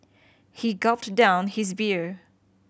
he gulped down his beer